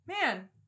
man